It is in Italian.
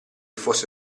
fosse